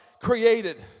created